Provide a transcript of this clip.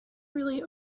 really